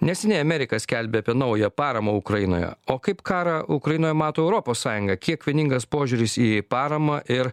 neseniai amerika skelbė apie naują paramą ukrainoje o kaip karą ukrainoje mato europos sąjunga kiek vieningas požiūris į paramą ir